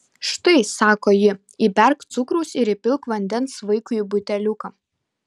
štai sako ji įberk cukraus ir įpilk vandens vaikui į buteliuką